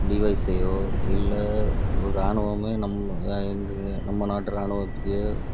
டிவைஸையோ இல்லை ஒரு ராணுவமே நம்ம எங்கள் க நம்ம நாட்டு ராணுவத்தையோ